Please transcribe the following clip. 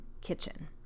kitchen